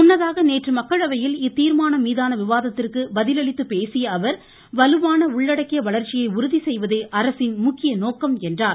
முன்னதாக நேற்று மக்களவையில் இத்தீர்மானம் மீதான விவாதத்திற்கு பதிலளித்து பேசிய அவர் வலுவான உள்ளடக்கிய வளர்ச்சியை உறுதி செய்வதே அரசின் முக்கிய நோக்கம் என்றார்